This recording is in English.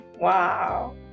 wow